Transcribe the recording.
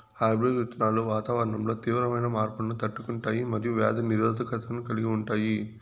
hybrid విత్తనాలు వాతావరణంలో తీవ్రమైన మార్పులను తట్టుకుంటాయి మరియు వ్యాధి నిరోధకతను కలిగి ఉంటాయి